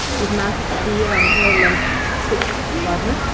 it must be um more or less fixed partner,